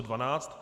12.